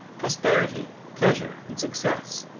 prosperity, pleasure and success,